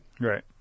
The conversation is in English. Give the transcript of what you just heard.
Right